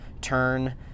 turn